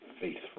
faithful